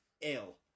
ill